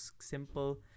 simple